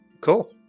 Cool